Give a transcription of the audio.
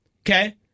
Okay